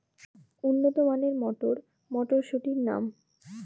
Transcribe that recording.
উন্নত মানের মটর মটরশুটির নাম?